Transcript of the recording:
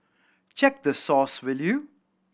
check the source will you